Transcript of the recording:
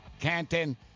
Canton